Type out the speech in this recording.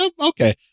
okay